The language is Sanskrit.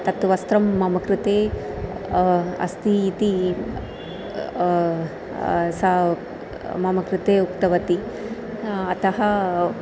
तत् वस्त्रं मम कृते अस्ति इति सा मम कृते उक्तवती अतः